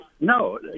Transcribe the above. No